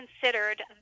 considered